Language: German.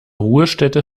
ruhestätte